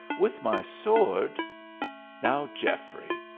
with my sword now, geoffrey,